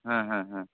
ᱦᱮᱸ ᱦᱮᱸ ᱦᱮᱸ